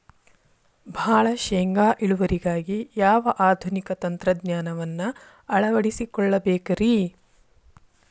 ಭಾಳ ಶೇಂಗಾ ಇಳುವರಿಗಾಗಿ ಯಾವ ಆಧುನಿಕ ತಂತ್ರಜ್ಞಾನವನ್ನ ಅಳವಡಿಸಿಕೊಳ್ಳಬೇಕರೇ?